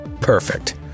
perfect